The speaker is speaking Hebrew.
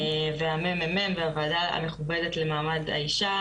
והממ"מ והוועדה המכובדת למעמד האישה,